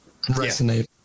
resonate